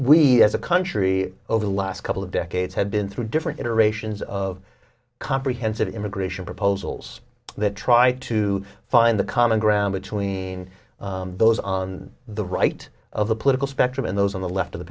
we as a country over the last couple of decades have been through different iterations of comprehensive immigration proposals that try to find the common ground between those on the right of the political spectrum and those on the left o